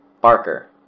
barker